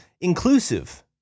inclusive